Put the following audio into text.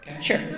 Sure